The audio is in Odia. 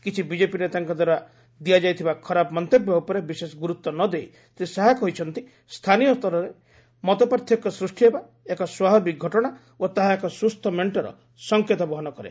କିଛି ବିଜେପି ନେତାଙ୍କ ଦ୍ୱାରା ଦିଆଯାଇଥିବା ଖରାପ ମନ୍ତବ୍ୟ ଉପରେ ବିଶେଷ ଗୁରୁତ୍ୱ ନ ଦେଇ ଶ୍ରୀ ଶାହା କହିଛନ୍ତି ସ୍ଥାନୀୟ ସ୍ତରରେ ମତପାର୍ଥକ୍ୟ ସୃଷ୍ଟି ହେବା ଏକ ସ୍ୱାଭାବିକ ଘଟଣା ଓ ତାହା ଏକ ସୁସ୍ଥ ମେଣ୍ଟର ସଂକେତ ବହନ କରେ